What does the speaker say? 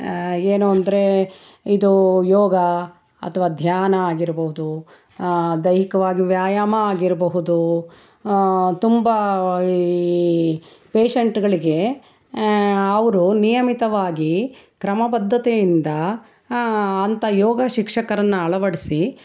ಏನು ಅಂದರೆ ಇದು ಯೋಗ ಅಥವಾ ಧ್ಯಾನ ಆಗಿರಬಹುದು ದೈಹಿಕವಾಗಿ ವ್ಯಾಯಾಮ ಆಗಿರಬಹುದು ತುಂಬ ಈ ಪೇಶಂಟ್ಗಳಿಗೆ ಅವರು ನಿಯಮಿತವಾಗಿ ಕ್ರಮಬದ್ಧತೆಯಿಂದ ಅಂಥ ಯೋಗ ಶಿಕ್ಷಕರನ್ನು ಅಳವಡಿಸಿ